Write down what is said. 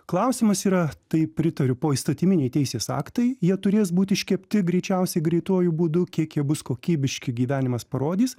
klausimas yra tai pritariu poįstatyminiai teisės aktai jie turės būt iškepti greičiausiai greituoju būdu kiek jie bus kokybiški gyvenimas parodys